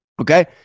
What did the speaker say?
Okay